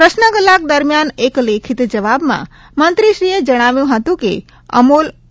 પ્રશ્ન કલાક દરમિયાન એક લેખિત જવાબમાં મંત્રીશ્રીએ જણાવ્યું હતું કે અમૂલ ઓ